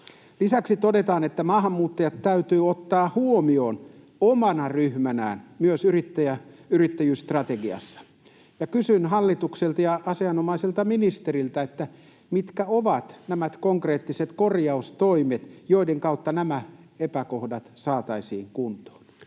Lisäksi todetaan, että maahanmuuttajat täytyy ottaa huomioon omana ryhmänään myös yrittäjyysstrategiassa. Kysyn hallitukselta ja asianomaiselta ministeriltä, mitkä ovat nämä konkreettiset korjaustoimet, joiden kautta nämä epäkohdat saataisiin kuntoon.